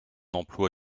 emploi